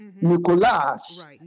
Nicholas